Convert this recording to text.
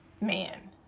man